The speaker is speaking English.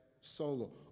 solo